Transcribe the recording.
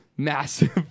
Massive